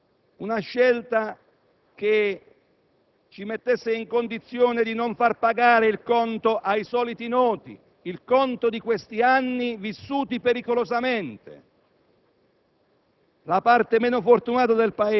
Ma il risanamento e i conti in ordine sono un vantaggio per tutti i cittadini, anche per quelli che apparentemente non avrebbero bisogno dello Stato, perché dello Stato, invece, abbiamo bisogno tutti.